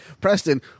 Preston